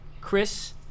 Chris